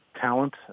talent